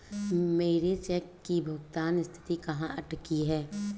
मेरे चेक की भुगतान स्थिति कहाँ अटकी है?